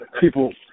People